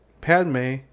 Padme